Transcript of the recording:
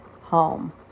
home